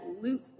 Luke